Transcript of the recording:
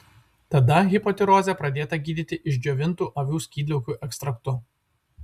tada hipotirozė pradėta gydyti išdžiovintu avių skydliaukių ekstraktu